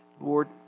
Lord